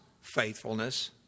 faithfulness